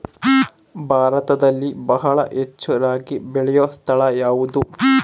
ಭಾರತದಲ್ಲಿ ಬಹಳ ಹೆಚ್ಚು ರಾಗಿ ಬೆಳೆಯೋ ಸ್ಥಳ ಯಾವುದು?